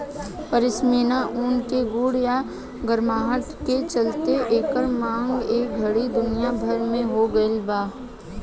पश्मीना ऊन के गुण आ गरमाहट के चलते एकर मांग ए घड़ी दुनिया भर में हो गइल बा